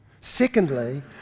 Secondly